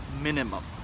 minimum